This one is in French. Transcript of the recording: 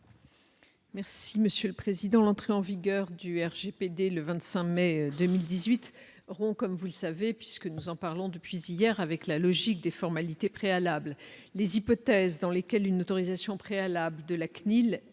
Merci Monsieur le Président, l'entrée en vigueur du RGPD le 25 mai 2018 rond comme vous le savez puisque nous en parlons depuis hier avec la logique des formalités préalables les hypothèses dans lesquelles une autorisation préalable de la CNIL est requise,